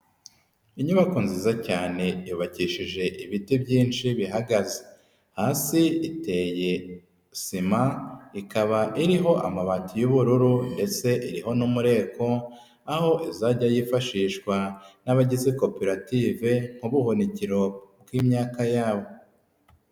Inyubako nziza cyane yubakishije ibiti byinshi bihagaze, hasi iteye sima, ikaba iriho amabati y'ubururu ndese iriho n'umureko aho izajya yifashishwa n'abagize koperative nk'ubuhunikero bw'imyaka yabo.